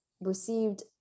received